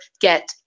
get